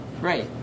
right